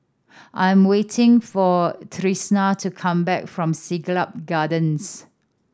I am waiting for Tristian to come back from Siglap Gardens